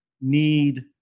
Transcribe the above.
need